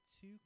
two